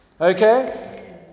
Okay